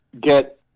get